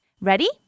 Ready